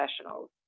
Professionals